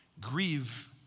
Grieve